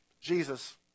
Jesus